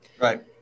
right